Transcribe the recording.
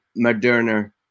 Moderna